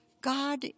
God